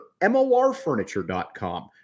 MORfurniture.com